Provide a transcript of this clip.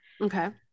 okay